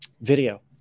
video